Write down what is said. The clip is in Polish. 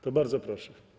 To bardzo proszę.